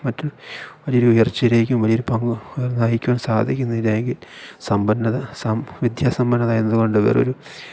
മറ്റും വലിയൊരു ഉയർച്ചയിലേക്കും വലിയൊരു പങ്ക് വഹിക്കുവാൻ സാധിക്കുന്നില്ലെങ്കിൽ വിദ്യാസമ്പന്നത എന്നതുകൊണ്ട് വേറുമൊരു